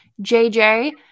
JJ